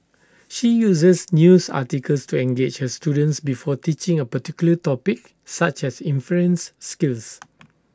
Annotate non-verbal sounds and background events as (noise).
she uses news articles to engage her students before teaching A particular topic such as inference skills (noise)